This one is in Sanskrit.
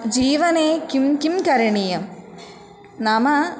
जीवने किं किं करणीयं नाम